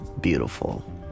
beautiful